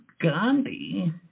Gandhi